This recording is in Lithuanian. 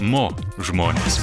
mo žmones